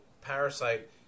parasite